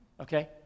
Okay